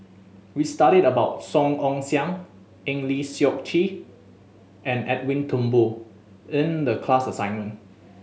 we studied about Song Ong Siang Eng Lee Seok Chee and Edwin Thumboo in the class assignment